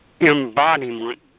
embodiment